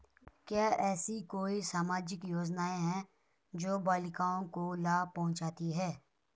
क्या ऐसी कोई सामाजिक योजनाएँ हैं जो बालिकाओं को लाभ पहुँचाती हैं?